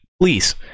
Please